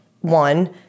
one